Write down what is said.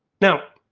now,